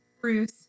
bruce